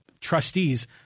trustees